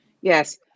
Yes